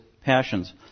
passions